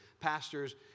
pastors